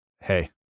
hey